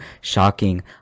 shocking